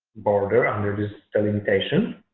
border under this limitation